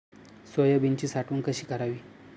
सोयाबीनची साठवण कशी करावी?